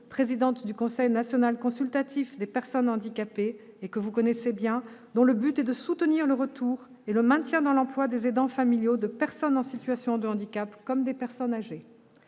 présidente du Conseil national consultatif des personnes handicapées et ancienne sénatrice. Son objet est de soutenir le retour et le maintien dans l'emploi des aidants familiaux de personnes en situation de handicap ou de personnes âgées.